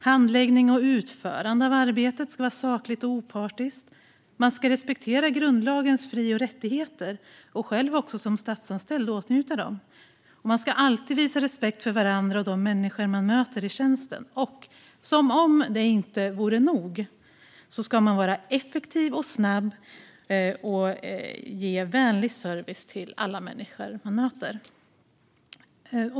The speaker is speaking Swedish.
Handläggningen och utförandet av arbetet ska vara sakligt och opartiskt. De ska respektera grundlagens fri och rättigheter och själva som statsanställda åtnjuta dem. De ska alltid visa respekt för varandra och de människor som de möter i tjänsten. Och som om det inte vore nog ska de vara effektiva och snabba och ge vänlig service till alla människor som de möter.